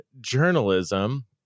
journalism